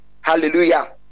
hallelujah